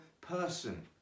person